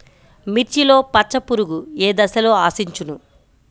మిర్చిలో పచ్చ పురుగు ఏ దశలో ఆశించును?